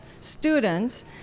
students